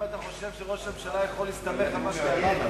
אם אתה חושב שראש הממשלה יכול להסתמך על מה שאתה אמרת,